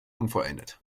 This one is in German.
unvollendet